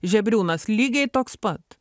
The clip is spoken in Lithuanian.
žebriūnas lygiai toks pat